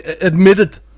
admitted